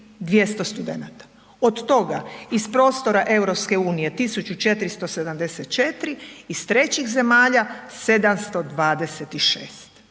2200 studenata, od toga iz prostora EU 1474, iz trećih zemalja 726,